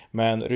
men